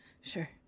sure